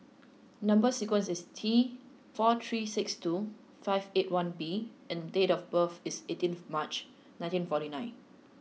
number sequence is T four three six two five eight one B and date of birth is eighteenth March nineteen forty nine